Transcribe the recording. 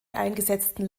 eingesetzten